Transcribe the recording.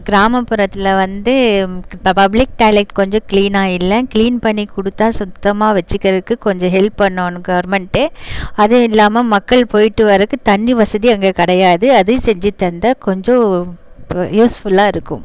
கிராமப்புறத்தில் வந்து ப பப்ளிக் டாய்லெட் கொஞ்சம் கிளீனாக இல்லை கிளீன் பண்ணிக் கொடுத்தா சுத்தமாக வச்சிக்கிறதுக்கு கொஞ்சம் ஹெல்ப் பண்ணணும் கவர்மெண்ட்டு அதுவும் இல்லாமல் மக்கள் போய்ட்டு வரதுக்கு தண்ணி வசதி அங்கே கிடையாது அதையும் செஞ்சு தந்தால் கொஞ்சம் ப யூஸ்ஃபுல்லாக இருக்கும்